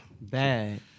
Bad